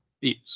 Yes